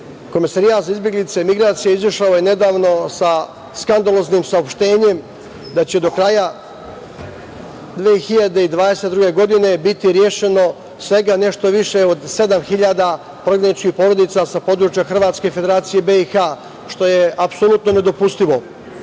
za izbeglice i migracije izašao je nedavno sa skandaloznim saopštenjem da će do kraja 2022. godine biti rešeno svega nešto više od sedam hiljada prognanih porodica sa područja Hrvatske i Federacije BiH, što je apsolutno nedopustivo. Dakle,